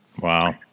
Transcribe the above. Wow